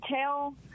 tell